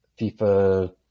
FIFA